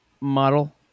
model